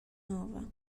nova